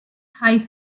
high